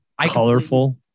colorful